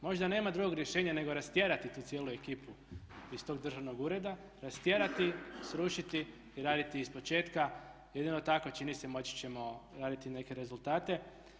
Možda nema drugog rješenja nego rastjerati tu cijelu ekipu iz tog državnog ureda, rastjerati, srušiti i raditi ispočetka, jedino tako čini se moći ćemo raditi neke rezultate.